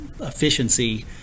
efficiency